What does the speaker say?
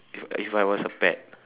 if I if I was a pet